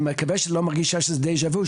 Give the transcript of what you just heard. ואני מקווה שלא מרגישה דז'ה-וו,